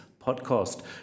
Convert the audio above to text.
Podcast